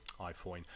iPhone